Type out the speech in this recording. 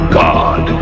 god